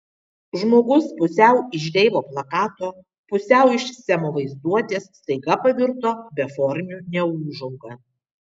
žmogus pusiau iš deivo plakato pusiau iš semo vaizduotės staiga pavirto beformiu neūžauga